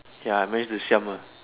ya I manage to siam mah